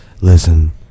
Listen